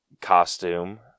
costume